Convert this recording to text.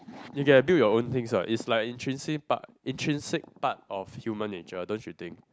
you can build your own things [what] is like intrinsic intrinsic part of human nature don't you think